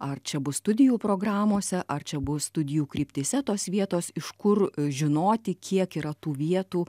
ar čia bus studijų programose ar čia bus studijų kryptyse tos vietos iš kur žinoti kiek yra tų vietų